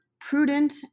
prudent